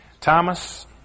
thomas